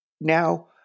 Now